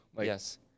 Yes